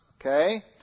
Okay